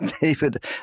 David